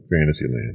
Fantasyland